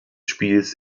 spiels